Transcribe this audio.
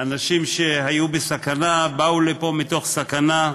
אנשים שהיו בסכנה, באו לפה מתוך סכנה?